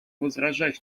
возражать